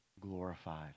glorified